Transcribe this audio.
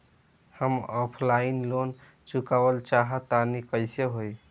हम offline loan चुकावल चाहऽ तनि कइसे होई?